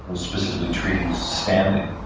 and specifically trees, standing,